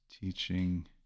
teaching